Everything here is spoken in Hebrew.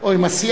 או עם הסיעה.